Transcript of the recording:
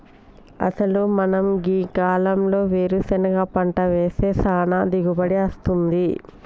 అసలు మనం గీ కాలంలో వేరుసెనగ పంట వేస్తే సానా దిగుబడి అస్తుంది